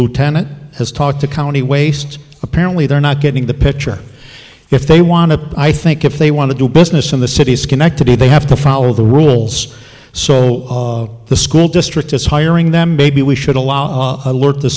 lieutenant has talked to county waste apparently they're not getting the picture if they want to i think if they want to do business in the city schenectady they have to follow the rules so the school district is hiring them maybe we should allow alert the